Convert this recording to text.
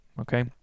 okay